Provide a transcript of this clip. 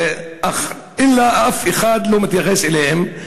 אבל אף אחד לא מתייחס אליהם.